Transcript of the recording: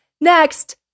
next